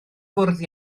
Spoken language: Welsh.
fwrdd